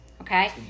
okay